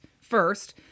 First